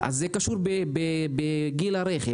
קשורות בגיל הרכב.